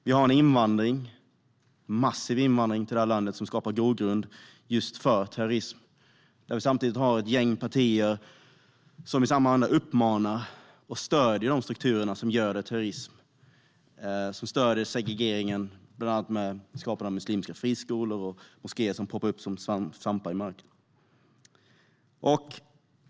Vi har en invandring, en massiv invandring, till det här landet som skapar grogrund för just terrorism när vi samtidigt har ett gäng partier som i samma anda uppmanar och stöder de strukturer som göder terrorism. De stöder segregeringen bland annat med skapandet av muslimska friskolor och moskéer som poppar upp som svampar ur marken.